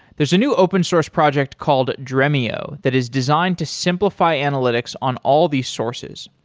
there's a new open-source project called dremio that is designed to simplify analytics on all these sources.